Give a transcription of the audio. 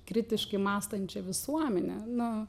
kritiškai mąstančią visuomenę nu